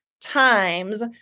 times